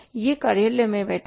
वह कार्यालय में बैठे हैं